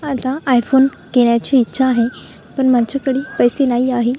आता आयफोन घेण्याची इच्छा आहे पण माझ्याकडे पैसे नाही आहे